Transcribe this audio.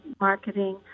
marketing